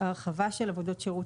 ההרחבה של עבודות שירות,